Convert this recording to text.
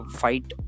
fight